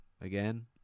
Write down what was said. again